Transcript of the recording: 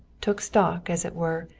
took stock, as it were,